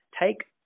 take